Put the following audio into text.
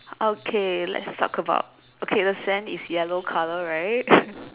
okay let's talk about okay the sand is yellow colour right